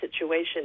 situation